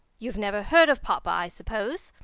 you have never heard of papa, i suppose?